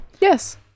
Yes